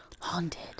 haunted